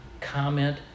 comment